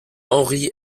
henri